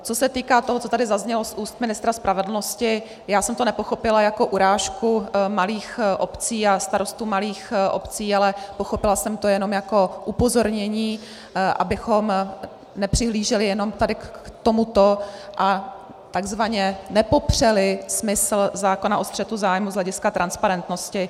Co se týká toho, co tady zaznělo z úst ministra spravedlnosti, já jsem to nepochopila jako urážku malých obcí a starostů malých obcí, ale pochopila jsem to jenom jako upozornění, abychom nepřihlíželi jenom tady k tomuto a takzvaně nepopřeli smysl zákona o střetu zájmů z hlediska transparentnosti.